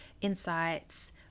insights